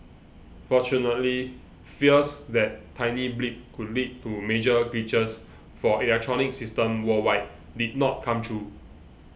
fortunately fears that tiny blip could lead to major glitches for electronic systems worldwide did not come true